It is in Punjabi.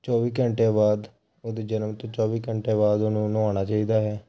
ਚੌਵੀ ਘੰਟਿਆਂ ਬਾਅਦ ਉਹਦੇ ਜਨਮ ਤੋਂ ਚੌਵੀ ਘੰਟਿਆਂ ਬਾਅਦ ਉਹਨੂੂੰ ਨਹਾਉਣਾ ਚਾਹੀਦਾ ਹੈ